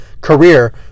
career